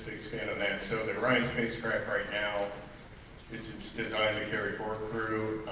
expand on that, so the orion spacecraft right now it's it's designed to carry four through